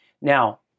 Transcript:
Now